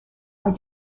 are